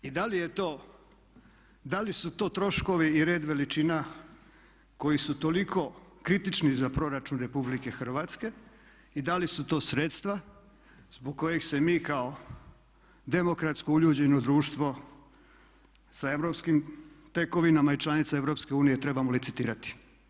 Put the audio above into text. I da li je to, da li su to troškovi i red veličina koji su toliko kritični za proračun RH i da li su to sredstva zbog kojih se mi kao demokratsko uljuđeno društvo sa europskim tekovinama i članica EU trebamo licitirati?